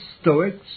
stoics